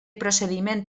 procediment